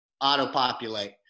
auto-populate